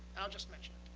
i'll just mention it.